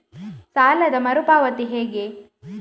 ಸಾಲದ ಮರು ಪಾವತಿ ಹೇಗೆ?